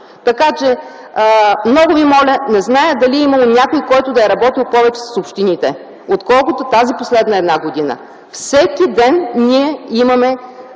това! Много Ви моля, не зная дали е имало някой, който да е работил повече с общините, отколкото тази последна една година. Всеки дени имаме